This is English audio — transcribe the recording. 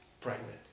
pregnant